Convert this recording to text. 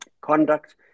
Conduct